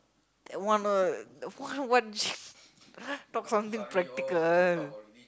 that one ah what talk something practical